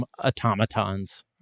automatons